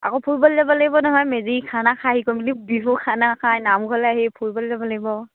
আকৌ ফুৰিবলৈ যাব লাগিব নহয় মেজি খানা খায় কৰিম বুলি বিহু খানা খাই নামঘৰলৈ আহি ফুৰিবলৈ যাব লাগিব